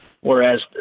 whereas